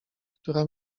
która